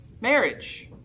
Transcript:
Marriage